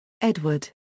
Edward